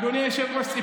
אדוני היושב-ראש,